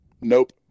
Nope